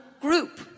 group